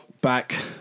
back